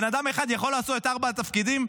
בן אדם אחד יכול לעשות את ארבעת התפקידים?